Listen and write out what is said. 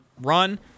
run